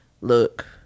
look